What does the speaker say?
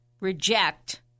reject